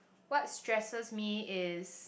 what stresses me is